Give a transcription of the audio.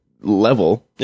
level